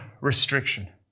restriction